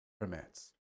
permits